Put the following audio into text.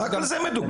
רק על זה מדובר.